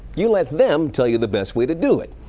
you let them tell you the best way to do it.